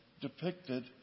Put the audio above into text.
depicted